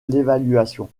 l’évaluation